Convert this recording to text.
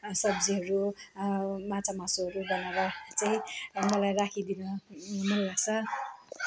सब्जीहरू माछामासुहरू बनाएर चाहिँ मलाई राखिदिनु मन लाग्छ